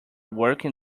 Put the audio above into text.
working